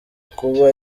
kuba